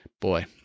boy